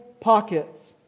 pockets